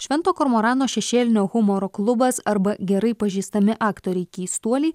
švento kormorano šešėlinio humoro klubas arba gerai pažįstami aktoriai keistuoliai